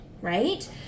right